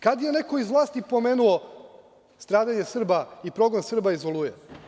Kad je neko iz vlasti pomenuo stradanje Srba i progon Srba iz "Oluje"